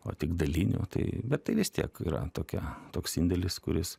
o tik daliniu tai bet tai vis tiek yra tokia toks indėlis kuris